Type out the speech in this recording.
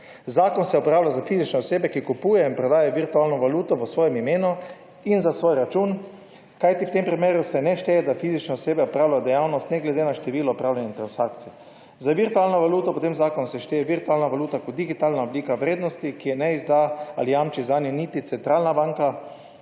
Zakon se uporablja za fizične osebe, ki kupujejo in prodajajo virtualno enoto v svojem imenu in za svoj račun, kajti v tem primeru se ne šteje, da fizične osebe opravljajo dejavnost, ne glede na število opravljenih transakcij. Za virtualno valuto se po tem zakonu šteje virtualna valuta kot digitalna oblika vrednosti, ki je ne izda ali jamči zanjo niti centralna banka